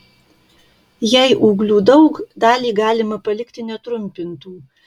jei ūglių daug dalį galima palikti netrumpintų